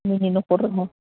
मिनिनो अंखारोहाय